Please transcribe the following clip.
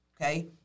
Okay